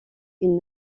une